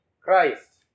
Christ